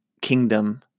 Kingdom